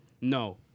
No